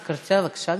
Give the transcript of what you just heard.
בבקשה, גברתי.